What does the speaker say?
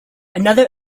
another